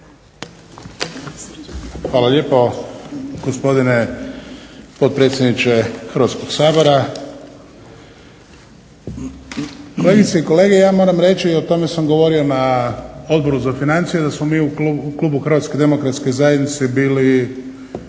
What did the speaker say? Hvala lijepo gospodine potpredsjedniče Hrvatskog sabora. Bojim se kolege, ja moram reći, a o tome sam govorio i na Odboru za financije da smo mi u klubu Hrvatske demokratske zajednice bili